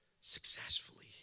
successfully